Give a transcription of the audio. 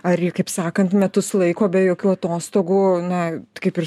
ari kaip sakant metus laiko be jokių atostogų na kaip ir